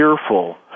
fearful